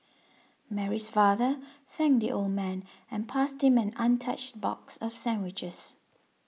Mary's father thanked the old man and passed him an untouched box of sandwiches